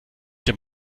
denn